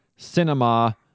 Cinema